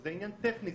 זה עניין טכני.